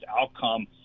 outcome